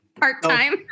Part-time